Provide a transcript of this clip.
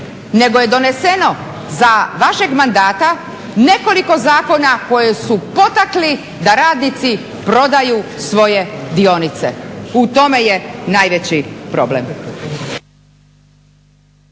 nego je doneseno za vašeg mandata nekoliko zakona koje su potakli da radnici prodaju svoje dionice. U tome je najveći problem.